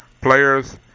players